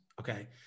Okay